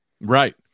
right